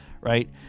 right